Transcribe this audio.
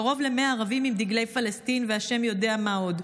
קרוב ל-100 ערבים עם דגלי פלסטין והשם יודע מה עוד,